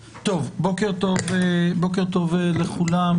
בוקר טוב לכולם.